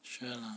sure ah